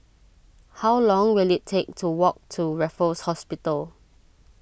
how long will it take to walk to Raffles Hospital